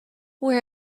where